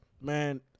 Man